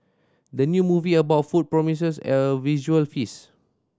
the new movie about food promises a visual feast